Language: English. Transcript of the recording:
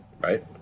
right